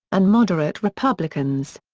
and moderate republicans.